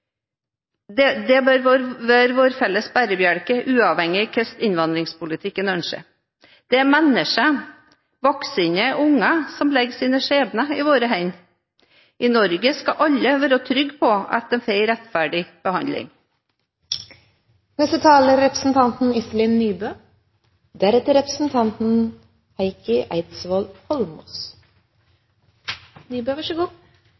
sterkt. Det bør være våre felles bærebjelker, uavhengig av hva slags innvandringspolitikk en ønsker, en streng eller liberal. Det er mennesker – voksne og barn – som legger sine skjebner i våre hender. I Norge skal alle være trygge på at de får en rettferdig behandling.